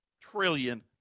trillion